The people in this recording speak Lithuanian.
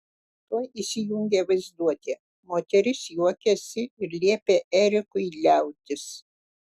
tuoj įsijungė vaizduotė moteris juokėsi ir liepė erikui liautis